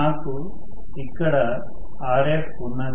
నాకు ఇక్కడ Rf ఉన్నది